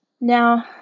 Now